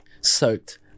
soaked